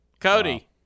Cody